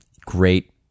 Great